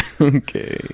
Okay